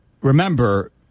remember